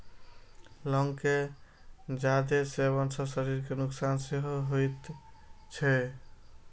लौंग के जादे सेवन सं शरीर कें नुकसान सेहो होइ छै